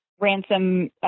ransom